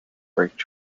worked